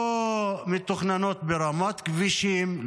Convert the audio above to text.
לא מתוכננות ברמת כבישים,